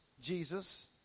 Jesus